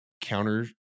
counter